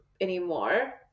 anymore